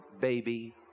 baby